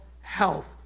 health